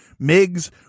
migs